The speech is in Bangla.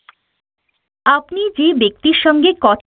আপনি যে ব্যক্তির সঙ্গে কথা